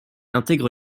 intègre